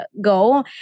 go